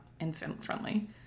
infant-friendly